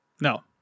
No